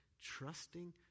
trusting